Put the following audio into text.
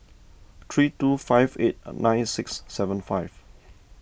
three two five eight nine six seven five